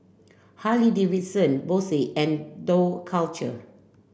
Harley Davidson Bose and Dough Culture